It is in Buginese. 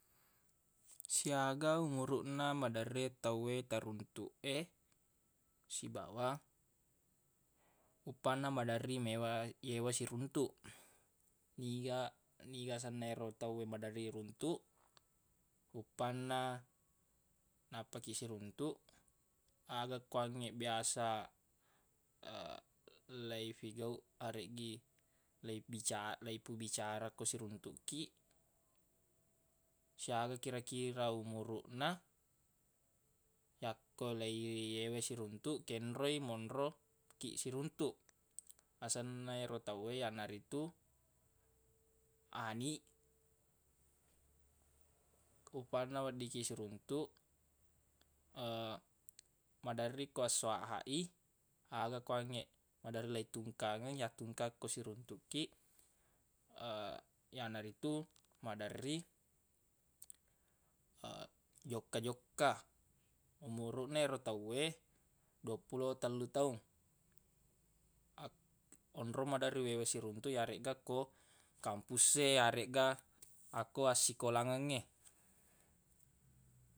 Siaga umuruq na maderri tawwe taruntuq e sibawa uppanna maderri mewa- yewa siruntuq niga- niga senna ero tawwe maderri uruntuq uppanna nappa ki siruntuq aga kuangnge biasa leifigauq areggi leibica- leipubicara ko siruntuq kiq siaga kira-kira umuruq na yakko leiyewa siruntuq kenroi monro kiq siruntuq asenna yero tawwe yanaritu ani uppanna weddikkiq siruntuq maderri ko esso aha i aga kuangnge maderri leitungkangeng yattungka ko siruntuq kiq yanaritu maderri jokka-jokka umuruq na ero tawwe duappulo tellu taung ak- onrong maderri wewa siruntuq yaregga ko kampus e yaregga akko assikolangengnge